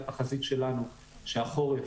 התחזית שלנו שהחורף,